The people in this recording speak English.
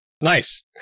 Nice